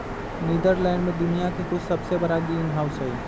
Netherlands में दुनिया के कुछ सबसे बड़ा ग्रीनहाउस हई